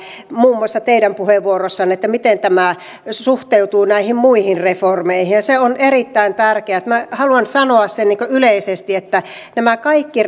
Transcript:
muun muassa teidän puheenvuorossanne tämä miten tämä suhteutuu näihin muihin reformeihin se on erittäin tärkeää minä haluan sanoa sen yleisesti että nämä kaikki